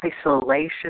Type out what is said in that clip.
isolation